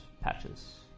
Patches